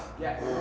Yes